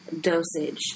dosage